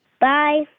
Bye